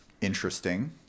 Interesting